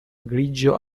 grigio